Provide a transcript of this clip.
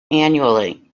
annually